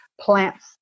plants